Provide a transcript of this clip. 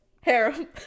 Harem